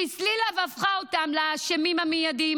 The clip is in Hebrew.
שהסלילה והפכה אותם לאשמים המיידיים,